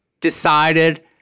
decided